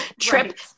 trip